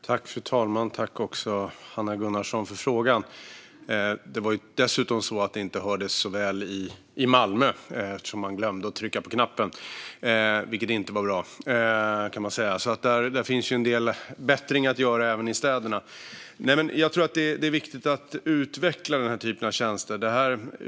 Fru talman! Tack, Hanna Gunnarsson, för frågan! Det här hördes dessutom inte särskilt väl i Malmö, eftersom man glömde att trycka på knappen, vilket inte var bra. Det finns således en del förbättringar att göra även i städerna. Det är viktigt att utveckla tjänster som dessa.